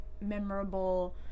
memorable